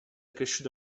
cresciuto